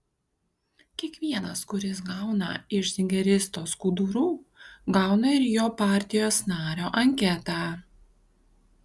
kiekvienas kuris gauna iš zigeristo skudurų gauna ir jo partijos nario anketą